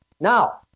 Now